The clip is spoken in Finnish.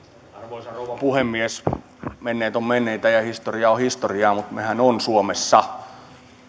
arvoisa rouva puhemies menneet ovat menneitä ja historia on historiaa mutta mehän olemme suomessa